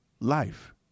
life